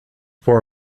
for